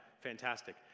fantastic